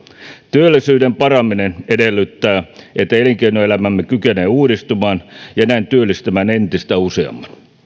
työllisyyden paraneminen edellyttää että elinkeinoelämämme kykenee uudistumaan ja näin työllistämään entistä useamman